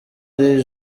iri